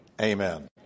amen